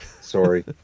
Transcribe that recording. sorry